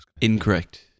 Incorrect